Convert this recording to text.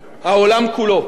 העולם כולו.